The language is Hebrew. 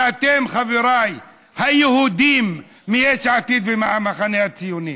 ואתם חבריי היהודים מיש עתיד ומהמחנה הציוני: